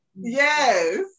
Yes